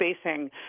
spacing